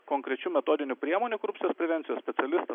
konkrečių metodinių priemonių korupcijos prevencijos specialistam